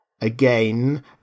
Again